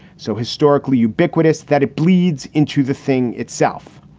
so historically ubiquitous that it bleeds into the thing itself.